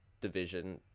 division